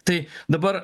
tai dabar